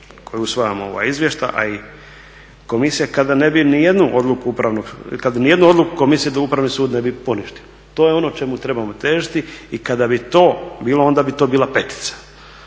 koji usvajamo ovaj izvještaj, a i komisija kada nijednu odluku komisije Upravni sud ne bi poništio, to je ono čemu trebamo težiti. I kada bi to bilo onda bi to bila petica.